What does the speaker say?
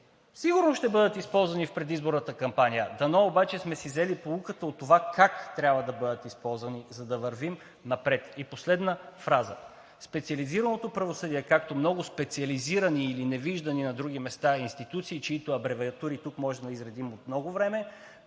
сигурно ще бъдат използвани в предизборната кампания. Дано обаче сме си взели поуката от това как трябва да бъдат използвани, за да вървим напред. И последна фраза: специализираното правосъдие, както много специализирани или невиждани на други места и институции, чиито абревиатури тук може да изредим от много време,